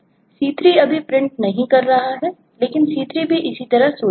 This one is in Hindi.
C3 अभी प्रिंट नहीं कर रहा है लेकिन C3 भी इसी तरह सोचता है